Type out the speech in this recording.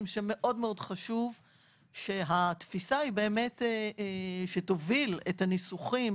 חשוב מאוד שהתפיסה תוביל את הניסוחים,